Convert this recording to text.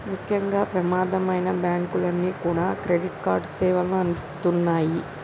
ముఖ్యంగా ప్రమాదమైనా బ్యేంకులన్నీ కూడా క్రెడిట్ కార్డు సేవల్ని అందిత్తన్నాయి